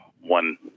one